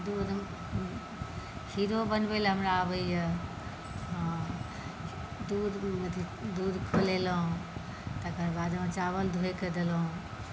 दूध खीरो बनबै लए हमरा आबैए हँ दूध अथी दूध खौलेलहुँ तकर बाद ओहीमे चावल धोएकऽ देलहुँ